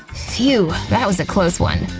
phew! that was a close one.